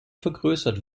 vergrößert